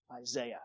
Isaiah